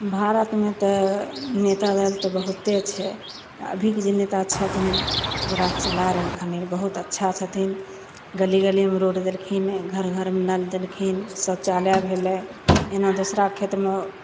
भारतमे तऽ नेता तऽ बहुते छै अभीके जे नेता छथिन जे राज चला रहलखिन बहुत अच्छा छथिन गली गलीमे रोड देलखिन घर घरमे नल देलखिन शौचालय भेलय एना दोसराके खेतमे